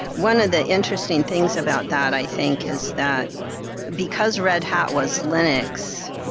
one of the interesting things about that i think is that because red hat was linux,